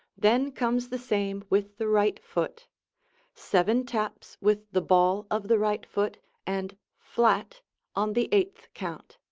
then comes the same with the right foot seven taps with the ball of the right foot and flat on the eighth count.